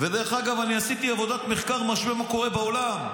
ואני עשיתי עבודת מחקר משווה מה קורה בעולם,